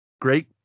Great